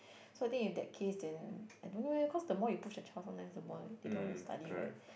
so I think in that case then I don't know eh cause the more you push a child sometimes the more they don't want to study right